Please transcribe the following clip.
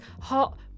hot